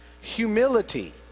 Humility